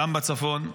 גם בצפון,